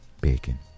Bacon